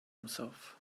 himself